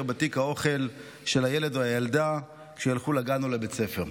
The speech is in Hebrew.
בתיק האוכל של הילד או הילדה כשילכו לגן או לבית ספר.